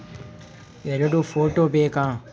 ಎರಡು ಫೋಟೋ ಬೇಕಾ?